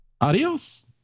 Adios